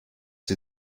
sie